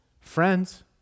Friends